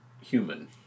human